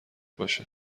باشه